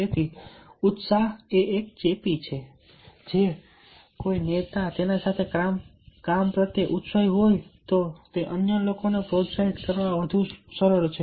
તેથી ઉત્સાહ ચેપી છે જો કોઈ નેતા તેના કામ પ્રત્યે ઉત્સાહી હોય તો તે અન્ય લોકોને પ્રોત્સાહિત કરવા વધુ સરળ છે